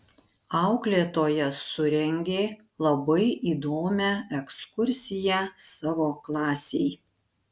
auklėtoja surengė labai įdomią ekskursiją savo klasei